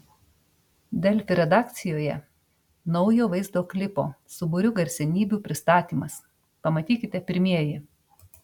delfi redakcijoje naujo vaizdo klipo su būriu garsenybių pristatymas pamatykite pirmieji